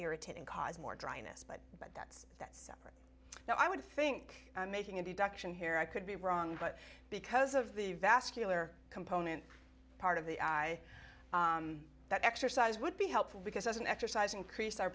irritating cause more dryness but that's that now i would think i'm making a deduction here i could be wrong but because of the vascular component part of the eye that exercise would be helpful because as an exercise increase our